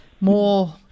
more